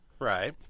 right